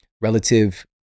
relative